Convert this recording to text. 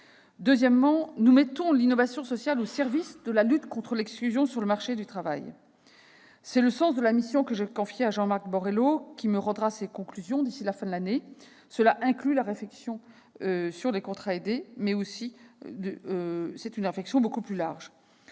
Deuxièmement, nous mettons l'innovation sociale au service de la lutte contre l'exclusion sur le marché du travail. C'est le sens de la mission que j'ai confiée à Jean-Marc Borello, qui me rendra ses conclusions d'ici à la fin de l'année. Sa réflexion inclut les contrats aidés, mais son champ est beaucoup plus large.